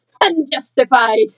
unjustified